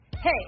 Hey